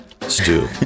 stew